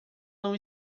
não